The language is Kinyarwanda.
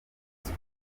muri